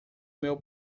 meu